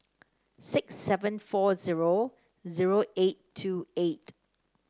six seven four zero zero eight two eight